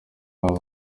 hari